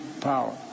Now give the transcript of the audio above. power